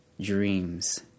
dreams